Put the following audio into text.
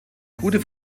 gute